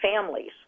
families